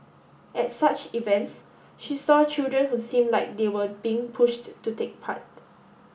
at such events she saw children who seemed like they were being pushed to take part